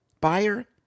buyer